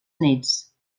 néts